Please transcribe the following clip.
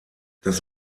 das